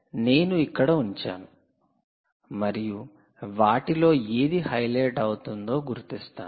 నేను ఇక్కడ ఉంచాను మరియు వాటిలో ఏది హైలైట్ అవుతుందో గుర్తిస్తాను